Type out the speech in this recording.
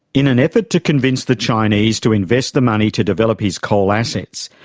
in an effort to convince the chinese to invest the money to develop his coal assets,